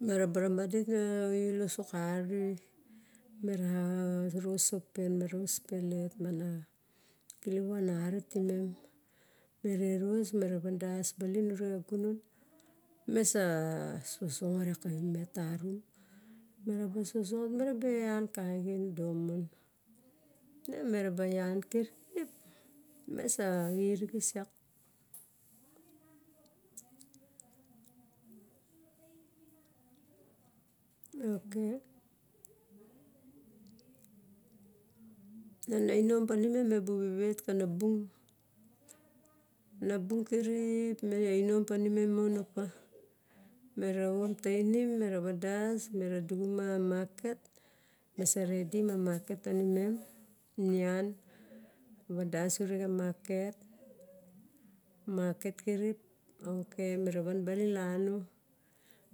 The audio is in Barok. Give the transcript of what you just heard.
Mara ba rabadik rai lo so xari, me ra ros sospen ma ros pelep ma na kilivo anari timem, mere ros mera van das balin ure xa gunon, me sa sosongot iak kavi met tanum, mera ba sosongot mera ba ean ka bxien domon. O mera ba ean kirip me sa xirixis iak, ok ana inom kanimen mebu vevet kana bung, ana bung kirip me ainan pa nimem mon opa mira oin tainim me ra vadas, me ra duxuma a market, me sa redim a market tanimem. nian vadas ure xa market, marbket kirip, ok mera van balin iano